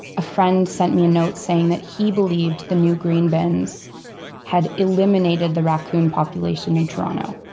a friend sent me a note saying that he believed the new green bins had eliminated the raccoon population in toronto.